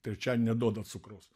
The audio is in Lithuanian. trečiadienį neduoda cukraus